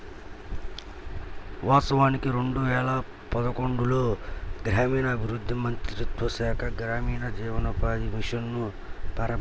వాస్తవానికి రెండు వేల పదకొండులో గ్రామీణాభివృద్ధి మంత్రిత్వ శాఖ గ్రామీణ జీవనోపాధి మిషన్ ను ప్రారంభించింది